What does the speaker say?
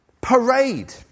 parade